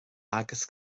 agus